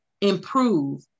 improve